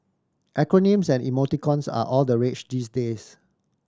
acronyms and emoticons are all the rage these days